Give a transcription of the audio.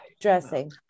dressing